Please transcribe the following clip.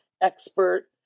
expert